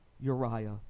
Uriah